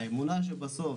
האמונה שבסוף